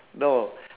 no